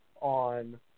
on